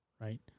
Right